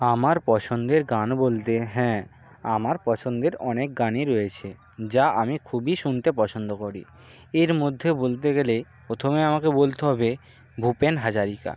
আমার পছন্দের গান বলতে হ্যাঁ আমার পছন্দের অনেক গানই রয়েছে যা আমি খুবই শুনতে পছন্দ করি এর মধ্যে বলতে গেলে প্রথমে আমাকে বলতে হবে ভুপেন হাজারিকা